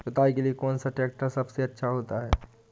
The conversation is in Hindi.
जुताई के लिए कौन सा ट्रैक्टर सबसे अच्छा होता है?